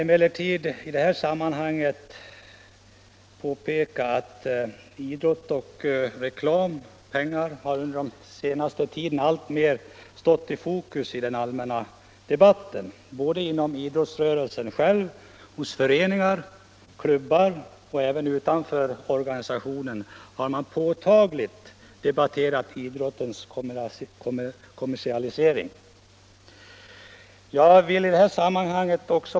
Idrott, reklam och pengar har under den senaste tiden alltmer kommit att stå i fokus i den allmänna debatten. Både inom idrottsrörelsen, hos föreningar och klubbar, och utanför organisationerna har idrottens kommersialisering debatterats.